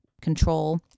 control